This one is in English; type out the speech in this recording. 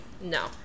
No